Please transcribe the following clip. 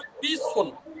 peaceful